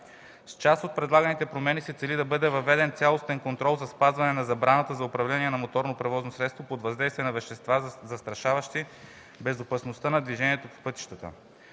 С част от предлаганите промени се цели да бъде въведен цялостен контрол за спазване на забраната за управление на моторно превозно средство под въздействието на вещества, застрашаващи безопасността на движението по пътищата.